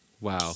Wow